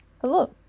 Hello